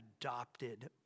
adopted